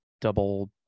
double